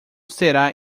será